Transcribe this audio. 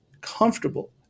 comfortable